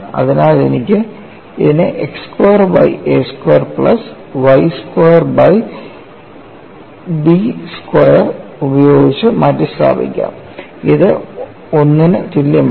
അതിനാൽ എനിക്ക് ഇതിനെ x square by a square plus y square by b square ഉപയോഗിച്ച് മാറ്റിസ്ഥാപിക്കാംഇത് 1 നു തുല്യമാണ്